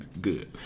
good